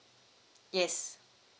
yes